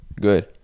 Good